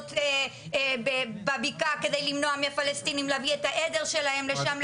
למעיינות בבקעה כדי למנוע מהפלסטינים להביא את העדר שלהם לשם,